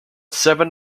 seven